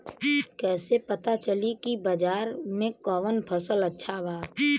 कैसे पता चली की बाजार में कवन फसल अच्छा बा?